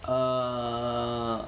err